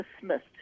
dismissed